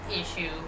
issue